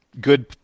Good